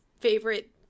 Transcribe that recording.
favorite